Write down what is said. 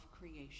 creation